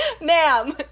ma'am